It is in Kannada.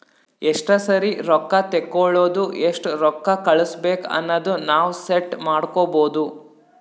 ಎಸ್ಟ ಸರಿ ರೊಕ್ಕಾ ತೇಕೊಳದು ಎಸ್ಟ್ ರೊಕ್ಕಾ ಕಳುಸ್ಬೇಕ್ ಅನದು ನಾವ್ ಸೆಟ್ ಮಾಡ್ಕೊಬೋದು